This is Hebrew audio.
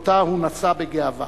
שאותה הוא נשא בגאווה.